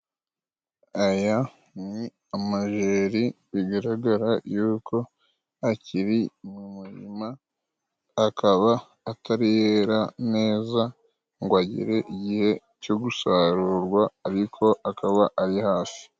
Aya ni amajeri bigaragara yuko akiri mu murima, akaba atari yera neza ngo agere igihe cyo gusarurwa, ariko akaba ari hafi.